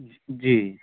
જીજી